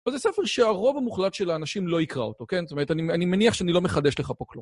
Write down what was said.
אבל זה ספר שהרוב המוחלט של האנשים לא יקרא אותו, כן? זאת אומרת, אני מניח שאני לא מחדש לך פה כלום.